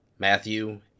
Matthew